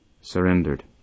surrendered